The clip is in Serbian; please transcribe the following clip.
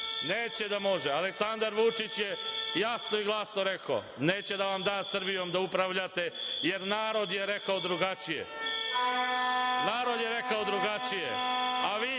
Neće da može. Aleksandar Vučić je jasno i glasno rekao – neće da vam da Srbijom da upravljate, jer narod je rekao drugačije. Narod je rekao drugačije. A vi